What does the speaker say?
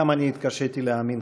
גם אני התקשיתי להאמין,